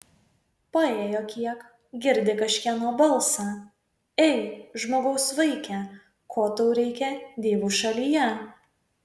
paėjo kiek girdi kažkieno balsą ei žmogaus vaike ko tau reikia divų šalyje